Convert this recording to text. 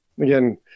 again